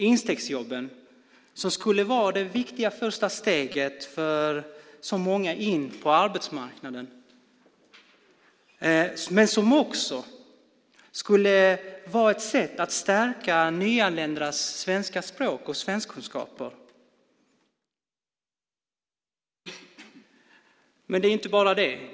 Instegsjobben som skulle vara det viktiga första steget för många in på arbetsmarknaden skulle också vara ett sätt att stärka nyanländas kunskaper i svenska. Men det är inte bara det.